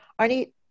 Arnie